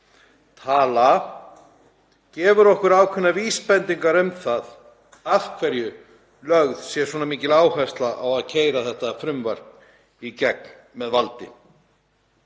tala gefur okkur ákveðnar vísbendingar um það af hverju lögð er svona mikil áhersla á að keyra þetta frumvarp í gegn með valdi.